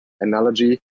analogy